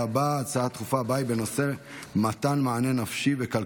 השבוע הייתה הצגה בוועדת הבריאות בנושא בריאות הנפש.